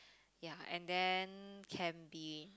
ya and then can be